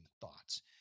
thoughts